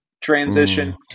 transition